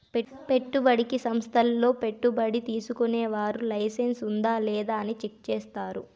పెట్టుబడికి సంస్థల్లో పెట్టుబడి తీసుకునే వారికి లైసెన్స్ ఉందా లేదా అని చెక్ చేస్తారు